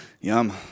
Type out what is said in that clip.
Yum